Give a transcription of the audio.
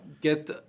get